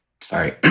Sorry